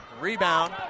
Rebound